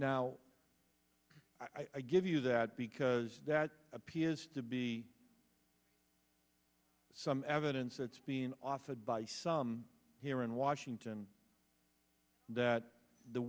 now i give you that because that appears to be some evidence that's being offered by some here in washington that the